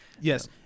Yes